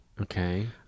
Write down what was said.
Okay